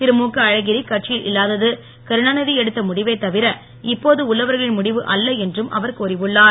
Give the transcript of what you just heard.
திருமுக அழகிரி கட்சியில் இல்லாதது கருணா நித எடுத்த முடிவே தவிர இப்போது உள்ளவர்களின் முடிவு அல்ல என்றும் அவர் கூறியுள்ளார்